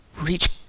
Reach